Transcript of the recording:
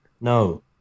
No